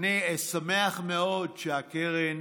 אני שמח מאוד שהקרן